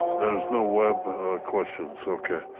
there's no web questions, okay.